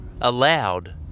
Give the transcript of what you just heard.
allowed